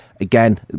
again